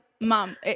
mom